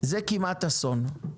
זה כמעט אסון.